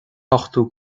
ochtú